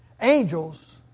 Angels